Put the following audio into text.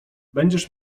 będziesz